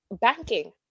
banking